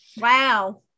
Wow